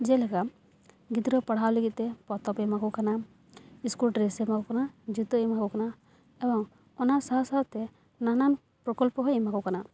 ᱡᱮᱞᱮᱠᱟ ᱜᱤᱫᱽᱨᱟᱹ ᱯᱟᱲᱦᱟᱣ ᱞᱟ ᱜᱤᱫ ᱛᱮ ᱯᱚᱛᱚᱵᱮ ᱮᱢᱟ ᱠᱚ ᱠᱟᱱᱟ ᱤᱥᱠᱩᱞ ᱰᱨᱮᱥᱮ ᱮᱢᱟ ᱠᱚ ᱠᱟᱱᱟ ᱡᱩᱛᱟᱹᱭ ᱮᱢᱟ ᱠᱚ ᱠᱟᱱᱟ ᱮᱵᱚᱝ ᱚᱱᱟ ᱥᱟᱶ ᱥᱟᱶᱛᱮ ᱱᱟᱱᱟᱱ ᱯᱨᱚᱠᱚᱞᱯᱚ ᱦᱚᱸᱭ ᱮᱢᱟ ᱠᱚ ᱠᱟᱱᱟ